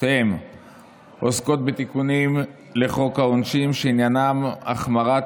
שתיהן עוסקות בתיקונים לחוק העונשין שעניינם החמרת